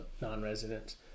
non-residents